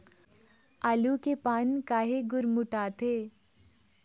आलू के पान काहे गुरमुटाथे?